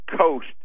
coast